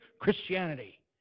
Christianity